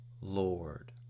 Lord